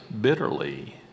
bitterly